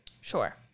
Sure